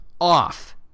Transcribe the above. off